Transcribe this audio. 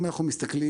אם אנחנו מסתכלים